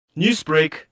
Newsbreak